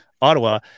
Ottawa